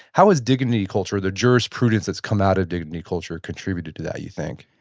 how has dignity culture, the jurisprudence that's come out of dignity culture contributed to that you think?